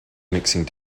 mixing